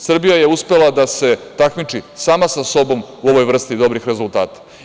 Srbija je uspela da se takmiči sama sa sobom u ovoj vrsti dobrih rezultata.